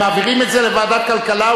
מעבירים את זה לוועדת כלכלה.